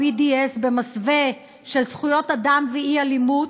ה-BDS כמסווה של זכויות אדם ואי-אלימות,